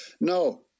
No